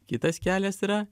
kitas kelias yra